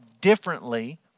differently